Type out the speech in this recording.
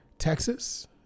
Texas